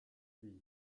pays